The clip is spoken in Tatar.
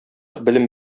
белем